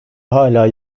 hala